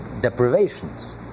deprivations